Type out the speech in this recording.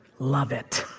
love it.